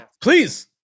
Please